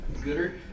Gooder